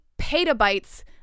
petabytes